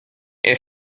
est